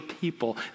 people